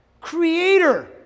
Creator